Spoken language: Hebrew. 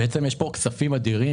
בעצם יש פה כספים אדירים,